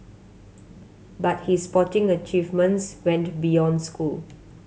but his sporting achievements went beyond school